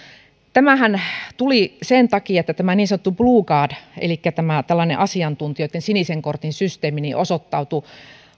tämähän tuli sen takia että tämä niin sanottu blue card elikkä tämä tällainen asiantuntijoitten sinisen kortin systeemi osoittautui